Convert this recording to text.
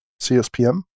CSPM